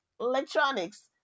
electronics